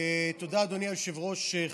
תודה, אדוני היושב-ראש.